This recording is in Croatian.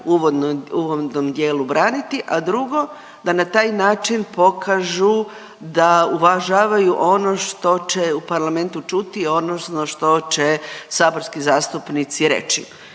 uvodnom dijelu braniti, a drugo da na taj način pokažu da uvažavaju ono što će u parlamentu čuti odnosno što će saborski zastupnici reći.